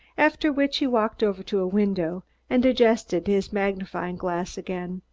after which he walked over to a window and adjusted his magnifying glass again.